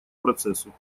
процессу